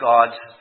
God's